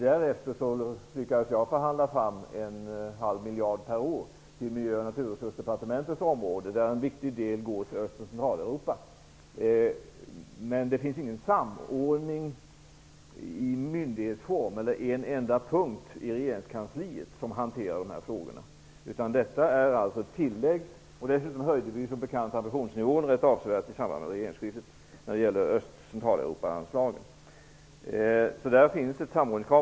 Därefter lyckades jag förhandla fram 0,5 miljarder per år till Miljö och naturresursdepartementets område. En viktig del går till Öst och Centraleuropa. Men det finns ingen samordning, en enda punkt i regeringskansliet, som hanterar de här frågorna. Detta är i stället ett tillägg. Dessutom höjde vi, som bekant, ambitionsnivån rätt avsevärt i samband med regeringsskiftet när det gäller Öst och Centraleuropaanslaget. Där finns alltså ett samordningskrav.